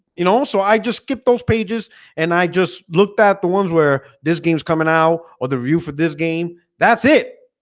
you know so i just skip those pages and i just looked at the ones where this games coming out or the review for this game that's it